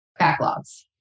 backlogs